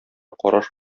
караш